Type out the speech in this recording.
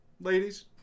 Ladies